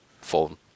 phone